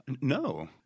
No